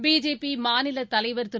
BJP மாநிலத் தலைவர் திரு